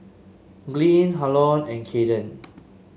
Glynn Harlon and Cayden